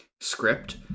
script